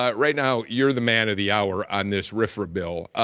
ah right now, you're the man of the hour on this rfra bill.